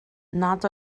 nad